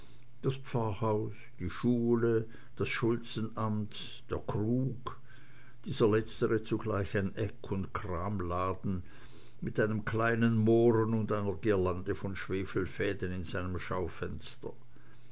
das pfarrhaus die schule das schulzenamt der krug dieser letztere zugleich ein eck und kramladen mit einem kleinen mohren und einer girlande von schwefelfäden in seinem schaufenster